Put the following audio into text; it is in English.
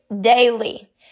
daily